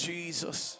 Jesus